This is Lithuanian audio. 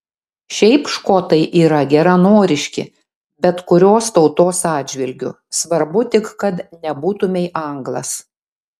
šiaip škotai yra geranoriški bet kurios tautos atžvilgiu svarbu tik kad nebūtumei anglas